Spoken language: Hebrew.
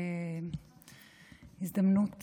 זו הזדמנות